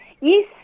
Yes